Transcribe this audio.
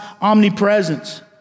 omnipresence